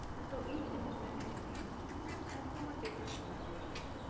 and so each instrument is unique and somewhat different from every other.